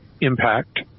impact